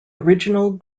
original